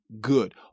good